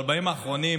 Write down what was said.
אבל בימים האחרונים,